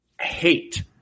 hate